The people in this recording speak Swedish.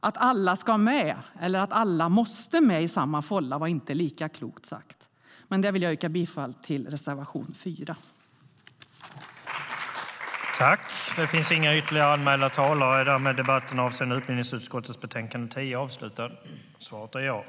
Att alla ska med, eller att alla måste med, i samma fålla var inte lika klokt sagt.